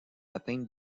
atteinte